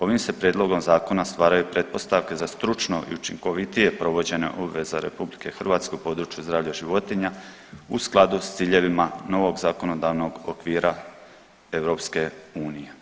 Ovim se prijedlogom zakona stvaraju pretpostavke za stručno i učinkovitije provođenje obveza Republike Hrvatske u području zdravlja životinja u skladu sa ciljevima novog zakonodavnog okvira EU.